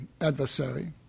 adversary